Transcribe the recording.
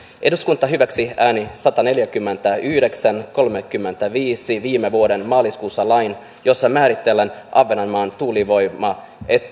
eduskunta hyväksyi äänin sataneljäkymmentäyhdeksän viiva kolmekymmentäviisi viime vuoden maaliskuussa lain jossa määritellään ahvenanmaan tuulivoimatuen